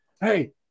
hey